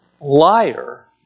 Liar